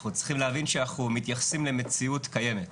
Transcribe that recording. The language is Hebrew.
אנחנו צריכים להבין שאנחנו מתייחסים למציאות קיימת.